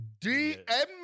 DM